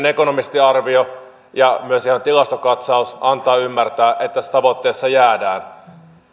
ekonomistiarvio ja myös ihan tilastokatsaus antaa ymmärtää että tästä tavoitteesta jäädään